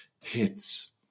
Hits